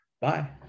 bye